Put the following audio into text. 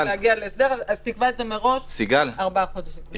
להגיע להסדר אז תקבע מראש ארבעה חודשים.